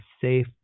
safe